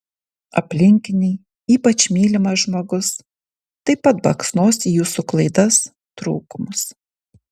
aplinkiniai ypač mylimas žmogus taip pat baksnos į jūsų klaidas trūkumus